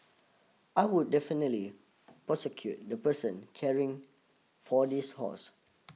I would definitely prosecute the person caring for this horse